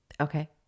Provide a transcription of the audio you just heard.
Okay